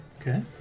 okay